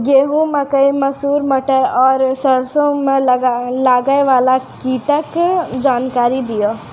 गेहूँ, मकई, मसूर, मटर आर सरसों मे लागै वाला कीटक जानकरी दियो?